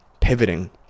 pivoting